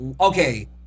okay